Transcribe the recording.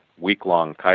week-long